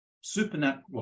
supernatural